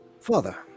Father